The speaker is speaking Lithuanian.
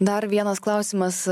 dar vienas klausimas